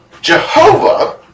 Jehovah